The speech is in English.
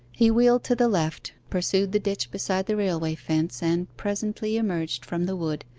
he wheeled to the left, pursued the ditch beside the railway fence, and presently emerged from the wood,